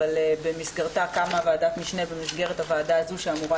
אבל במסגרתה קמה ועדת משנה במסגרת הועדה הזו שאמורה